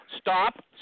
Stop